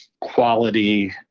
quality